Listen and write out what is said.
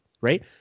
right